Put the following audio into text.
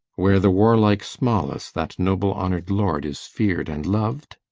where the warlike smalus, that noble honour'd lord, is fear'd and lov'd?